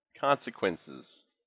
consequences